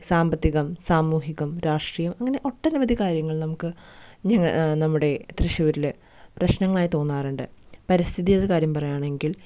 സാമ്പത്തികം സാമൂഹികം രാഷ്ട്രീയം അങ്ങനെ ഒട്ടനവധി കാര്യങ്ങൾ നമുക്ക് ഞങ്ങ നമ്മുടെ തൃശ്ശൂരിൽ പ്രശ്നങ്ങളായി തോന്നാറുണ്ട് പരിസ്ഥിതിയുടെ കാര്യം പറയുകയാണെങ്കിൽ